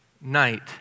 night